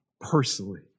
personally